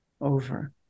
over